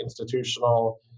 institutional